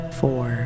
four